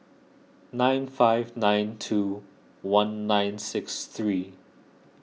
nine five nine two one nine six three